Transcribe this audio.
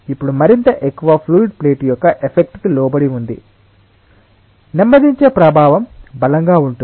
ఇప్పుడు మరింత ఎక్కువ ఫ్లూయిడ్ ప్లేట్ యొక్క ఎఫెక్ట్ కి లోబడి ఉంది నెమ్మదించే ప్రభావం బలంగా ఉంటుంది